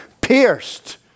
pierced